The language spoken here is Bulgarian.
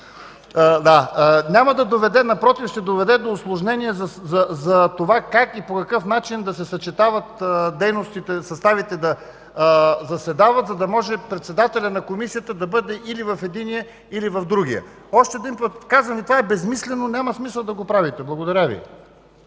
Вас. Няма да доведе, напротив, ще доведе до усложнение за това как и по какъв начин да се съчетават дейностите и как да заседават съставите, за да може председателят на Комисията да бъде или в единия, или в другия. Още веднъж казвам, че това е безсмислено, няма смисъл да го правите. Благодаря Ви.